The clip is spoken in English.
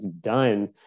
done